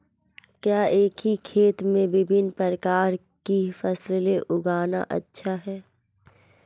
क्या एक ही खेत में विभिन्न प्रकार की फसलें उगाना अच्छा है?